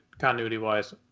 continuity-wise